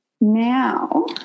Now